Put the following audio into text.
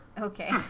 Okay